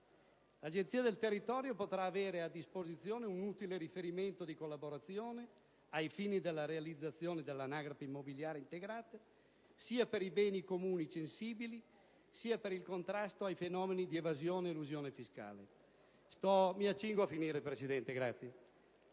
L'Agenzia del territorio potrà avere a disposizione un utile riferimento di collaborazione ai fini della realizzazione dell'anagrafe immobiliare integrata sia per i beni comuni censibili, sia per il contrasto ai fenomeni di evasione-elusione fiscale. Mi auguro una rapida approvazione